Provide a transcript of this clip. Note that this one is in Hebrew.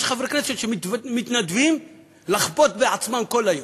יש חברי כנסת שמתנדבים לחבוט בעצמם כל היום.